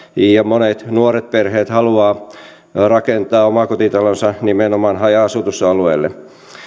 monet nuoret perheet haluavat rakentaa omakotitalonsa nimenomaan haja asutusalueelle